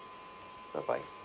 bye bye